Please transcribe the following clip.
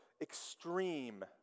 extreme